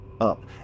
Up